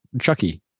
Chucky